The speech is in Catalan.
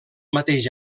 mateix